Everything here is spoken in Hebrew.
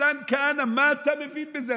מתן כהנא, מה אתה מבין בזה?